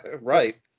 Right